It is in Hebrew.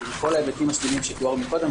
ועם כל ההיבטים השליליים שתוארו מקודם,